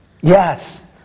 yes